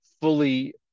fully